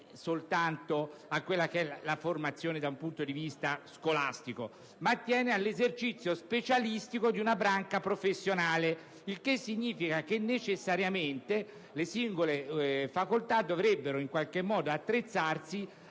soltanto alla formazione da un punto di vista scolastico, ma anche all'esercizio specialistico di una branca professionale. Ciò significa che necessariamente le singole facoltà dovrebbero in qualche modo attrezzarsi